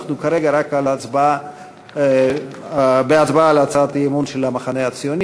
אנחנו כרגע רק בהצבעה על הצעת האי-אמון של המחנה הציוני.